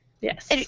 Yes